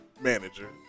manager